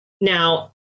Now